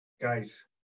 guys